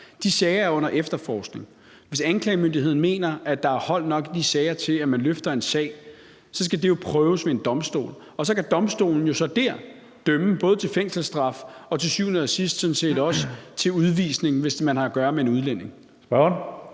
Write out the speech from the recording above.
De sager er under efterforskning. Hvis anklagemyndigheden mener, at der er hold nok i de sager til, at man kan løfte en sag, skal det jo prøves ved en domstol, og så kan domstolen så dér dømme både til fængselsstraf og til syvende og sidst sådan set også til udvisning, hvis man har at gøre med en udlænding.